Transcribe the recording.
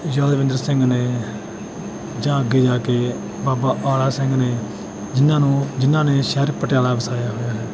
ਯਾਦਵਿੰਦਰ ਸਿੰਘ ਨੇ ਜਾਂ ਅੱਗੇ ਜਾ ਕੇ ਬਾਬਾ ਆਲਾ ਸਿੰਘ ਨੇ ਜਿਨ੍ਹਾਂ ਨੂੰ ਜਿਨ੍ਹਾਂ ਨੇ ਸ਼ਹਿਰ ਪਟਿਆਲਾ ਵਸਾਇਆ ਹੋਇਆ ਹੈ